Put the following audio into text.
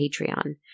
Patreon